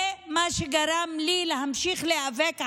זה מה שגרם לי להמשיך להיאבק עליו.